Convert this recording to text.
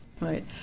Right